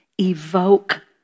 evoke